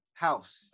house